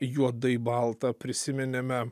juodai baltą prisiminėme